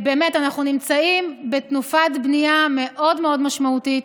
אנחנו נמצאים בתנופת בנייה מאוד מאוד משמעותית.